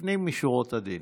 לפנים משורת הדין.